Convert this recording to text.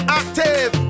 active